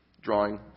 Drawing